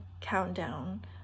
countdown